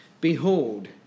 Behold